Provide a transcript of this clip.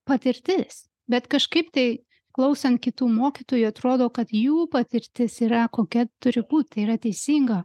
patirtis bet kažkaip tai klausant kitų mokytojų atrodo kad jų patirtis yra kokia turi būt tai yra teisinga